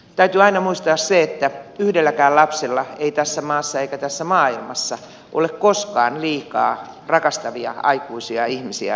täytyy aina muistaa se että yhdelläkään lapsella ei tässä maassa eikä tässä maailmassa ole koskaan liikaa rakastavia aikuisia ihmisiä ympärillään